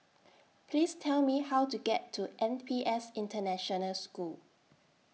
Please Tell Me How to get to N P S International School